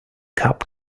cup